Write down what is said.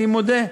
אני מודה,